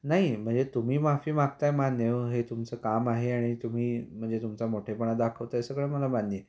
नाही म्हणजे तुम्ही माफी मागताय मान्य हो हे तुमचं काम आहे आणि तुम्ही म्हणजे तुमचा मोठेपणा दाखवताय सगळं मला मान्य आहे